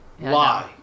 lie